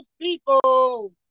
people